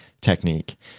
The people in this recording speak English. technique